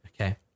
okay